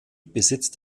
besitzt